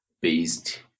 based